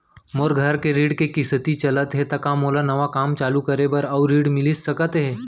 मोर घर के ऋण के किसती चलत हे ता का मोला नवा काम चालू करे बर अऊ ऋण मिलिस सकत हे?